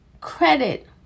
credit